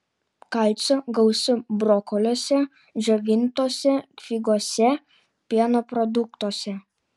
kalcio gausu brokoliuose džiovintose figose pieno produktuose